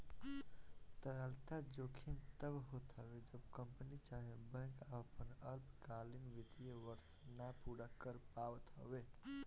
तरलता जोखिम तब होत हवे जब कंपनी चाहे बैंक आपन अल्पकालीन वित्तीय वर्ष ना पूरा कर पावत हवे